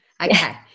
okay